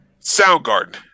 Soundgarden